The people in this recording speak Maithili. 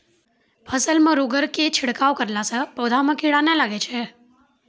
फसल मे रोगऽर के छिड़काव करला से पौधा मे कीड़ा नैय लागै छै?